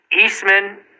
Eastman